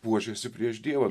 puošėsi prieš dievą